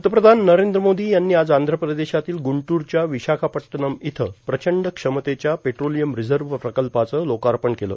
पंतप्रधान नरेंद्र मोदी यांनी आज आंध्र प्रदेशातील गुंटूरच्या विशाखापट्टनम इथं प्रचंड क्षमतेच्या पेट्रोलियम रिजव्रह प्रकल्पाचं लोकार्पण केलं